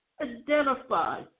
Identify